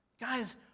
Guys